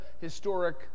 historic